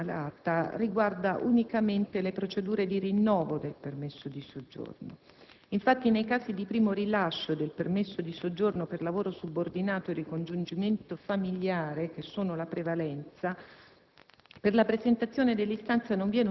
In ogni caso, la problematica segnalata riguarda unicamente le procedure di rinnovo del permesso di soggiorno. Infatti, nei casi di primo rilascio del permesso di soggiorno per lavoro subordinato e ricongiungimento familiare, che sono la prevalenza,